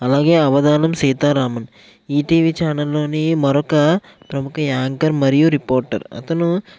అలాగే అవధానం సీతారామన్ ఈటీవి ఛానల్లోని మరొక ప్రముఖ యాంకర్ మరియు రిపోర్టర్ అతను